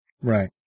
Right